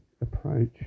approach